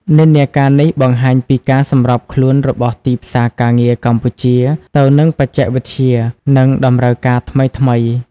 និន្នាការនេះបង្ហាញពីការសម្របខ្លួនរបស់ទីផ្សារការងារកម្ពុជាទៅនឹងបច្ចេកវិទ្យា និងតម្រូវការថ្មីៗ។